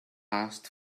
asked